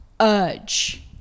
urge